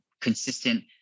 consistent